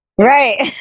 Right